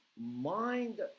mind